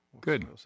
Good